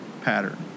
pattern